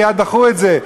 מייד דחו את זה.